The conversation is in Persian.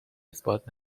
اثبات